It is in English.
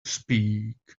speak